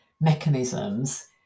mechanisms